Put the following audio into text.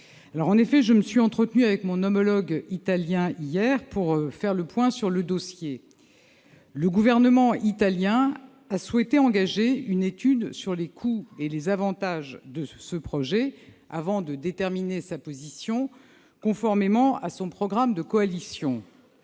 en effet entretenue avec mon homologue italien hier, pour faire le point sur ce dossier. Le Gouvernement italien a souhaité engager une étude sur les coûts et les avantages de ce projet avant de déterminer sa position, conformément à son programme de coalition.